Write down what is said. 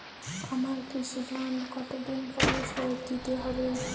আমার কৃষিঋণ কতদিন পরে শোধ দিতে হবে?